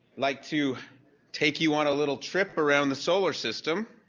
like to take you on a little trip around the solar system